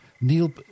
Neil